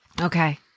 Okay